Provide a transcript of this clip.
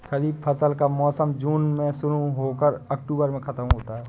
खरीफ फसल का मौसम जून में शुरू हो कर अक्टूबर में ख़त्म होता है